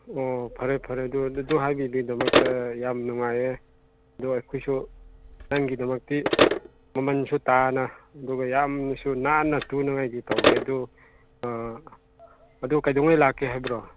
ꯑꯣ ꯐꯔꯦ ꯐꯔꯦ ꯑꯗꯨ ꯑꯗꯨ ꯍꯥꯏꯕꯤꯕꯒꯤꯗꯃꯛꯇ ꯌꯥꯝ ꯅꯨꯡꯉꯥꯏꯌꯦ ꯑꯗꯨ ꯑꯩꯈꯣꯏꯁꯨ ꯅꯪꯒꯤꯗꯃꯛꯇꯤ ꯃꯃꯟꯁꯨ ꯇꯥꯅ ꯑꯗꯨꯒ ꯌꯥꯝꯅꯁꯨ ꯅꯥꯟꯅ ꯇꯨꯅꯉꯥꯏꯒꯤ ꯇꯧꯒꯦ ꯑꯗꯨ ꯑꯗꯨ ꯀꯩꯗꯧꯉꯩ ꯂꯥꯛꯀꯦ ꯍꯥꯏꯕ꯭ꯔꯣ